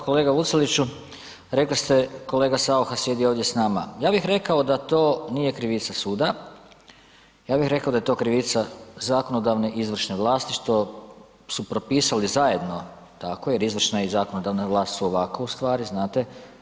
Kolega Vuceliću rekli ste, kolega Saucha sjedi ovdje s nama, ja bih rekao da to nije krivica suda, ja bih rekao da je to krivica zakonodavne i izvršne vlasti što su propisali zajedno tako jer izvršna i zakonodavna vlast su ovako ustvari, znate.